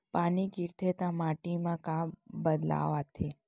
पानी गिरथे ता माटी मा का बदलाव आथे?